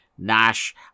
Nash